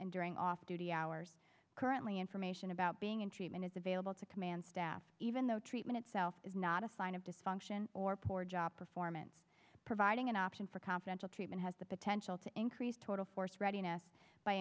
and during off duty hours currently information about being in treatment is available to command staff even though treatment itself is not a sign of dysfunction or poor job performance providing an option for confidential treatment has the potential to increase total force readiness by